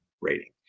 rating